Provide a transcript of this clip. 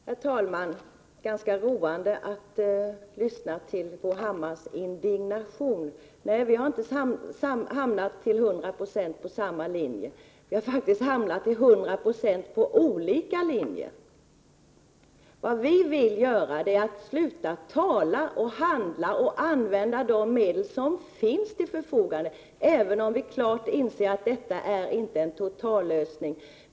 Herr talman! Det är ganska roande att lyssna till Bo Hammars indignation. Nej, vi har inte hamnat till hundra procent på samma linje. Vi har faktiskt hamnat till hundra procent på olika linjer. Vi i folkpartiet vill sluta att bara tala. Vi vill handla och använda de medel som står till förfogande, även om vi klart inser att vi inte hittat en totallösning.